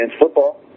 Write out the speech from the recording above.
football